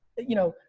you know,